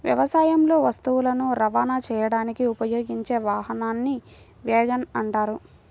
వ్యవసాయంలో వస్తువులను రవాణా చేయడానికి ఉపయోగించే వాహనాన్ని వ్యాగన్ అంటారు